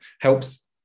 helps